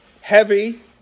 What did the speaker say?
heavy